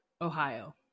Ohio